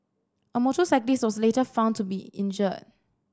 a motorcyclist was later found to be injured